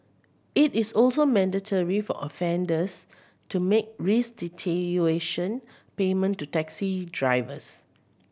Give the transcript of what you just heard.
it is also mandatory for offenders to make restitution payment to taxi drivers